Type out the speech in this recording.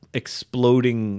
exploding